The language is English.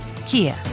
kia